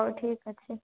ହଉ ଠିକ୍ ଅଛି